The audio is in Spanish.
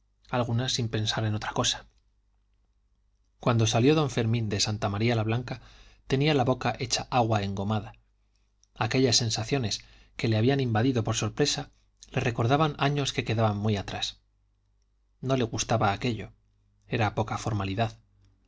algunas sin pensar en otra cosa cuando salió don fermín de santa maría la blanca tenía la boca hecha agua engomada aquellas sensaciones que le habían invadido por sorpresa le recordaban años que quedaban muy atrás no le gustaba aquello era poca formalidad